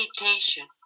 meditation